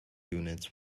units